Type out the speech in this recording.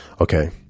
Okay